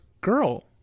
girl